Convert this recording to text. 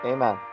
Amen